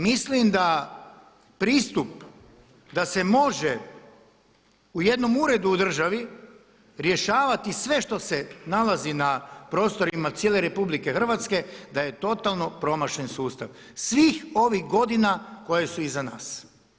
Mislim da pristup da se može u jednom uredu u državi rješavati sve što se nalazi na prostorima cijele RH da je totalno promašen sustav svih ovih godina koje su iza nas.